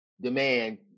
demand